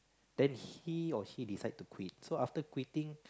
then he or she decide to quit so after quitting